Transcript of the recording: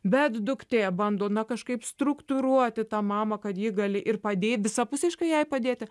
bet duktė bando na kažkaip struktūruoti tą mamą kad ji gali ir padė visapusiškai jai padėti